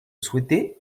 souhaitez